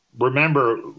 remember